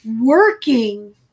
working